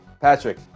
Patrick